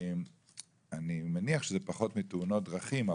אני מניח שזה פחות מתאונות דרכים,